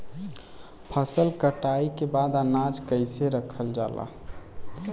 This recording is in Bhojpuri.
फसल कटाई के बाद अनाज के कईसे रखल जाला?